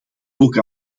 ook